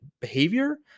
behavior